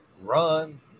run